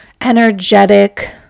energetic